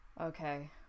okay